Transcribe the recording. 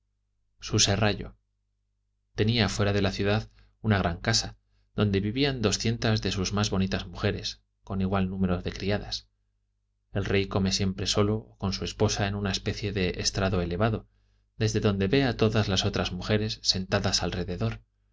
su serrallo tenía fuera de la ciudad una gran casa don'de vivían doscientas de sus más bonitas mujeres con igual número de criadas el rey come siempre solo o con su esposa en una especie de estrado elevado desde donde ve a todas las otras mujeres sentadas